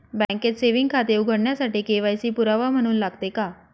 बँकेत सेविंग खाते उघडण्यासाठी के.वाय.सी पुरावा म्हणून लागते का?